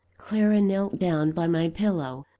clara knelt down by my pillow,